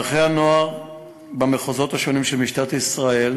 מערכי הנוער במחוזות השונים של משטרת ישראל